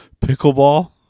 pickleball